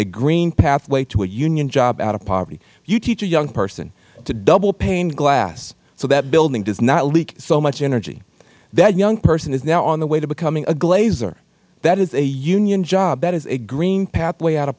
pathway to a union job out of poverty you teach a young person to double pane glass so that building does not leak so much energy that young person is now on the way to becoming a glazer that is a union job that is a green pathway out of